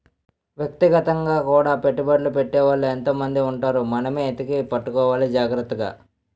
వ్యక్తిగతంగా కూడా పెట్టుబడ్లు పెట్టే వాళ్ళు ఎంతో మంది ఉంటారు మనమే ఎతికి పట్టుకోవాలి జాగ్రత్తగా